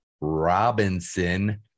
Robinson